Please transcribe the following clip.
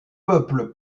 peuple